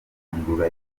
inkundura